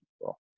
people